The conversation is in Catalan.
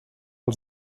els